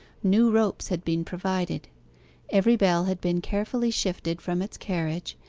new ropes had been provided every bell had been carefully shifted from its carriage,